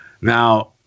Now